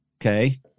okay